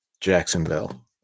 Jacksonville